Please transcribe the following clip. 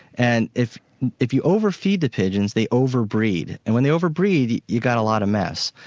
and if if you over-feed the pigeons, they over-breed, and when they over-breed you've got a lot of mess,